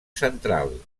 central